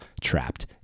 trapped